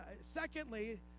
Secondly